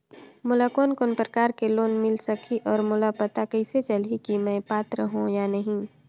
मोला कोन कोन प्रकार के लोन मिल सकही और मोला पता कइसे चलही की मैं पात्र हों या नहीं?